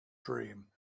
dream